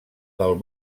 del